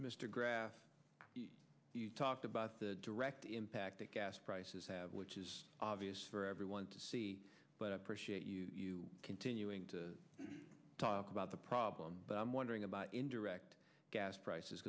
mr graef talked about the direct impact that gas prices have which is obvious for everyone to see but i appreciate you continuing to talk about the problem but i'm wondering about indirect gas prices